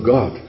God